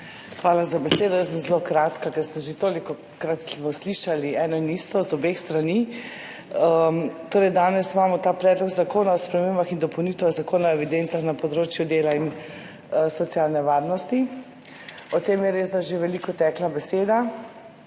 Hvala za besedo. Jaz bom zelo kratka, ker smo že tolikokrat slišali eno in isto z obeh strani. Torej, danes obravnavamo Predlog zakona o spremembah in dopolnitvah Zakona o evidencah na področju dela in socialne varnosti. O tem je res že veliko tekla beseda